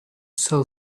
sell